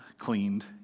cleaned